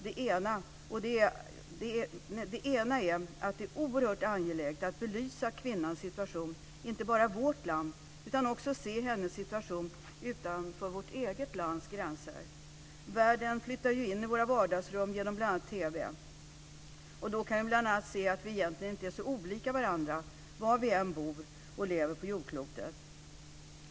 Det ena är att det är oerhört angeläget att belysa kvinnans situation inte bara i vårt land utan också se hennes situation utanför vårt eget lands gränser. Världen flyttar ju in i våra vardagsrum genom bl.a. TV. Då kan vi bl.a. se att vi egentligen inte är så olika varandra var vi än bor och lever på jordklotet.